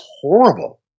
horrible